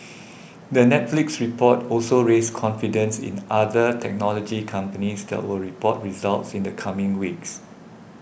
the Netflix report also raised confidence in other technology companies that will report results in the coming weeks